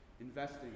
Investing